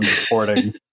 recording